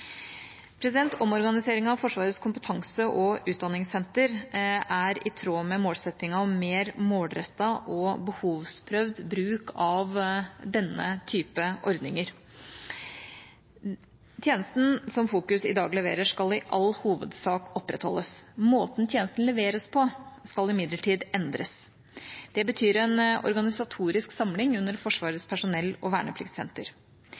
av Forsvarets kompetanse- og utdanningssenter er i tråd med målsettingen om mer målrettet og behovsprøvd bruk av denne type ordninger. Tjenesten som Fokus leverer i dag, skal i all hovedsak opprettholdes; måten tjenesten leveres på, skal imidlertid endres. Det betyr en organisatorisk samling under Forsvarets personell- og